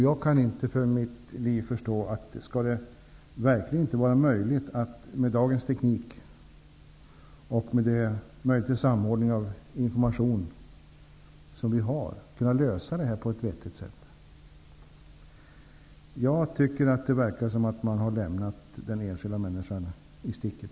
Jag kan inte för mitt liv förstå att det med dagens teknik och med de möjligheter till samordning av information som vi har inte skulle vara möjligt att lösa det här på ett vettigt sätt. Jag tycker att det verkar som att den enskilda människan här har lämnats i sticket.